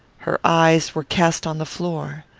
her eyes were cast on the floor.